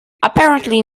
apparently